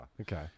Okay